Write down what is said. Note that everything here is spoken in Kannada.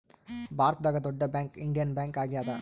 ಭಾರತದಾಗ ದೊಡ್ಡ ಬ್ಯಾಂಕ್ ಇಂಡಿಯನ್ ಬ್ಯಾಂಕ್ ಆಗ್ಯಾದ